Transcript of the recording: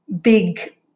big